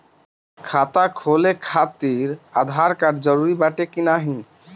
खाता खोले काहतिर आधार कार्ड जरूरी बाटे कि नाहीं?